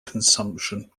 consumption